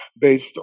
based